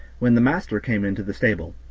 when the master came into the stable.